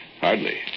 Hardly